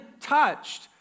touched